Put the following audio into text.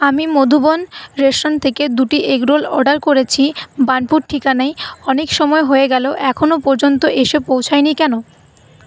আমি মধুবন রেস্টুরেন্ট থেকে দুটি এগরোল অর্ডার করেছি বার্নপুর ঠিকানায় অনেক সময় হয়ে গেল এখনো পর্যন্ত এসে পৌঁছায়নি কেন